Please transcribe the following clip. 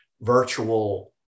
virtual